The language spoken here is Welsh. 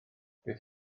beth